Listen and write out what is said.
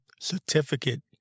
certificate